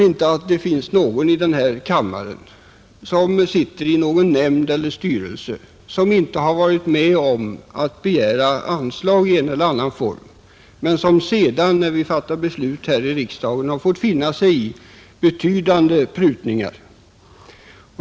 Alla i den här kammaren som sitter i någon nämnd eller styrelse och har varit med om att begära anslag i en eller annan form har säkerligen sedan — när vi fattat beslut här i riksdagen — fått finna sig i betydande prutningar.